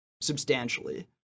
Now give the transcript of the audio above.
substantially